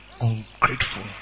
ungrateful